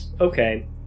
Okay